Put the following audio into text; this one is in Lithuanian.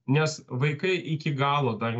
nes vaikai iki galo dar